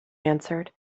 answered